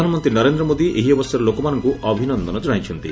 ପ୍ରଧାନମନ୍ତ୍ରୀ ନରେନ୍ଦ୍ ମୋଦି ଏହି ଅବସରରେ ଲୋକମାନଙ୍କୁ ଅଭିନନ୍ଦନ ଜଣାଇଛନ୍ତି